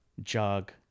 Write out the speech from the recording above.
jog